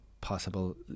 possible